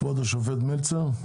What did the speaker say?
כבוד השופט מלצר.